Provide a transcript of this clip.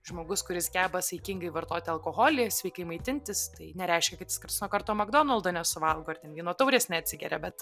žmogus kuris geba saikingai vartoti alkoholį sveikai maitintis tai nereiškia kad jis karts nuo karto makdonaldo nesuvalgo ar ten vyno taurės neatsigeria bet